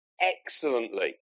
excellently